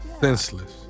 senseless